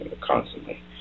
constantly